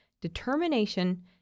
determination